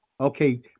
Okay